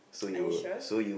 are you sure